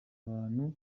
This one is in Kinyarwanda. abantu